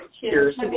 Cheers